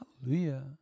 Hallelujah